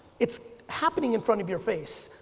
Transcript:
it's happening in front of your face.